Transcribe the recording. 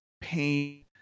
pain